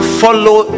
follow